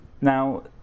Now